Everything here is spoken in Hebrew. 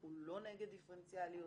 אנחנו לא נגד דיפרנציאליות.